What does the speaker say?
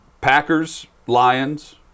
Packers-Lions